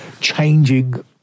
changing